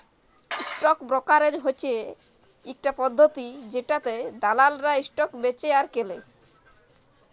stock brokerage হচ্যে ইকটা পদ্ধতি জেটাতে দালালরা স্টক বেঁচে আর কেলে